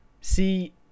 see